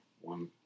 one